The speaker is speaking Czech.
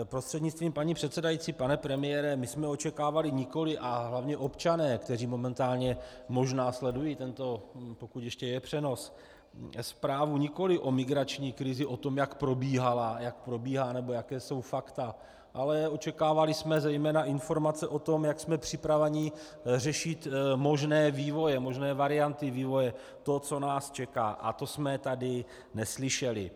Prostřednictvím paní předsedající pane premiére, my jsme očekávali nikoli, a hlavně občané, kteří momentálně možná sledují tento, pokud ještě je, přenos, zprávu nikoli o migrační krizi, o tom, jak probíhala, jak probíhá nebo jaká jsou fakta, ale očekávali jsme zejména informace o tom, jak jsme připraveni řešit možné vývoje, možné varianty vývoje, to, co nás čeká, a to jsme tady neslyšeli.